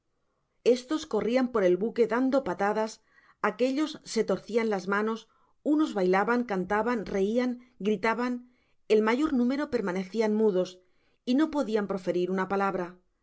estos corrian por el buque dando patadas aquellos se torcian las manos unos bailaban cantaban reian gritaban ei mayor número permanecian mudos y no podian proferir una palabra